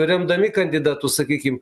remdami kandidatus sakykim